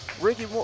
Ricky